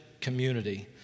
community